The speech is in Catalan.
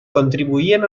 contribuïen